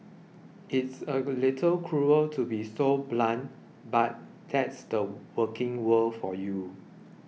it's a little cruel to be so blunt but that's the working world for you